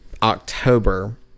October